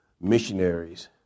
missionaries